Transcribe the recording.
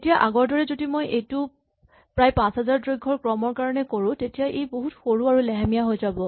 এতিয়া আগৰ দৰে যদি মই এইটো প্ৰায় ৫০০০ দৈৰ্ঘ্যৰ ক্ৰমৰ কাৰণে কৰোঁ তেতিয়া ই বহুত সৰু আৰু লেহেমীয়া হৈ যাব